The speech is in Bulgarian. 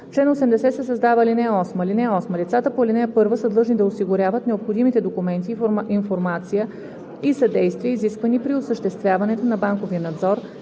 чл. 80 се създава ал. 8: „(8) Лицата по ал. 1 са длъжни да осигуряват необходимите документи, информация и съдействие, изисквани при осъществяването на банковия надзор,